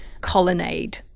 colonnade